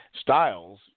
styles